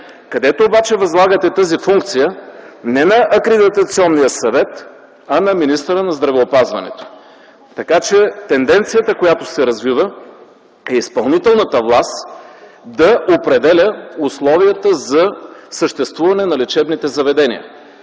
където обаче възлагате тази функция не на Акредитационния съвет, а на министъра на здравеопазването. Така че тенденцията, която се развива, е изпълнителната власт да определя условията за съществуване на лечебните заведения.